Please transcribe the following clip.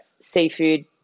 seafood